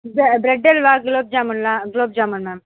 இந்த பிரெட் அல்வா குலோப் ஜாமுன்லாம் குலோப் ஜாமுன் மேம்